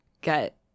get